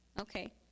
Okay